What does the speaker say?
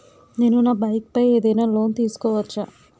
నేను నా బైక్ పై ఏదైనా లోన్ తీసుకోవచ్చా?